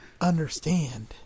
understand